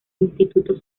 instituto